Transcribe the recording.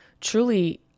truly